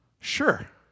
Sure